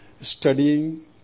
studying